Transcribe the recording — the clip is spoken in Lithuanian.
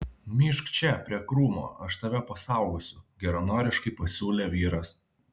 myžk čia prie krūmo aš tave pasaugosiu geranoriškai pasiūlė vyras